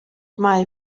mae